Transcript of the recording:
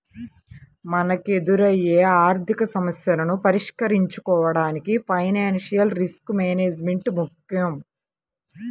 మనకెదురయ్యే ఆర్థికసమస్యలను పరిష్కరించుకోడానికి ఫైనాన్షియల్ రిస్క్ మేనేజ్మెంట్ ముక్కెం